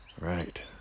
Right